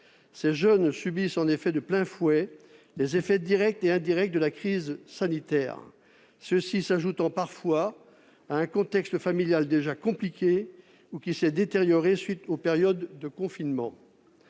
Ces jeunes subissent en effet de plein fouet les effets directs et indirects de la crise sanitaire, ceux-ci s'ajoutant parfois à un contexte familial déjà difficile ou qui s'est détérioré à la suite des périodes de confinement.